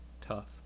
tough